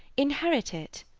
inherit it.